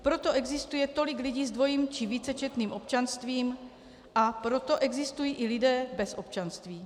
Proto existuje tolik lidí s dvojím či vícečetným občanstvím, a proto existují i lidé bez občanství.